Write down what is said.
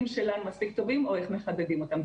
שלנו מספיק טובים או איך מחדדים אותם.